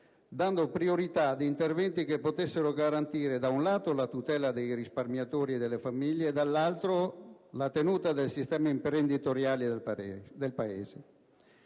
dando priorità ad interventi che potessero garantire, da un lato, la tutela dei risparmiatori e delle famiglie e, dall'altro, la tenuta del sistema imprenditoriale del Paese.